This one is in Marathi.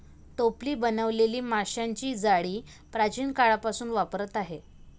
टोपली बनवलेली माशांची जाळी प्राचीन काळापासून वापरात आहे